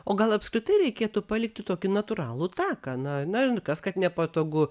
o gal apskritai reikėtų palikti tokį natūralų taką na na ir kas kad nepatogu